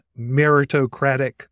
meritocratic